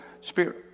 spirit